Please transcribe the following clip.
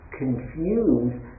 confused